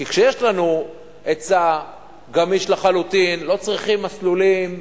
כי כשיש לנו היצע גמיש לחלוטין לא צריכים מסלולים,